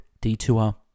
detour